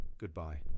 goodbye